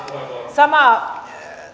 samaa